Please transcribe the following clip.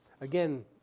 Again